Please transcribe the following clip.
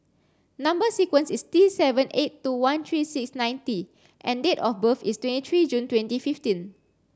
number sequence is T seven eight two one three six nine T and date of birth is twenty three June twenty fifteen